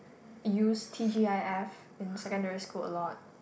used T_G_I_F in secondary school a lot